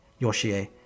Yoshie